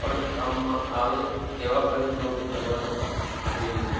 પણ કામમાં આવે એવા પ્રયત્નો બી કરવા જોઈએ